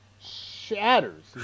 Shatters